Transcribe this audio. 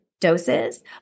doses